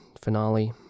finale